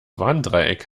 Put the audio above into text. warndreieck